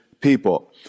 people